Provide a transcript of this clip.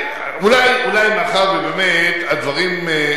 אולי מאחר שבאמת הדברים,